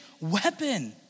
weapon